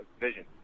vision